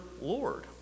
Lord